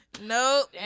nope